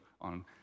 on